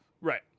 Right